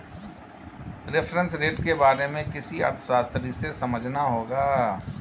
reference rate के बारे में किसी अर्थशास्त्री से समझना होगा